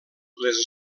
les